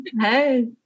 Hey